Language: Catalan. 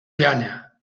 llana